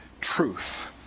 truth